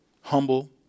humble